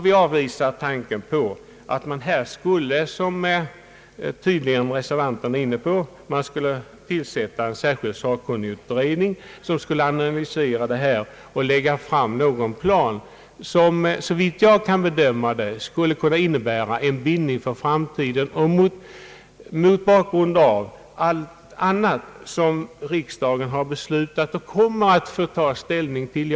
Vi avvisar tanken på att man här, som tydligen reservanten var inne på, skulle tillsätta en särskild sakkunnigutredning för att analysera detta och lägga fram någon plan. Detta skulle, enligt min mening inte innebära någon vinning för framtiden mot bakgrund av allt annat som riksdagen har beslutat och kommer att få ta ställning till.